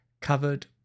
covered